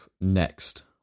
Next